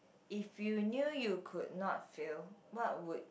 if you knew you could not fail what would